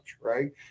right